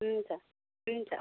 हुन्छ हुन्छ